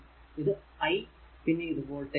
ഇത് i പിന്നെ ഇത് വോൾടേജ് v